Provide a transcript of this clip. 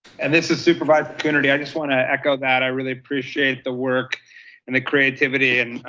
and this is supervisor coonerty, i just wanna echo that, i really appreciate the work and the creativity and